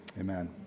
Amen